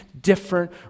different